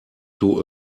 too